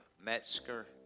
Metzger